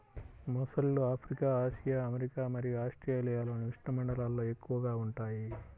మొసళ్ళు Africa, Asia, America మరియు ఆస్ట్రేలియాలోని ఉష్ణమండలాల్లో ఎక్కువగా ఉంటాయి